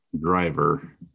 driver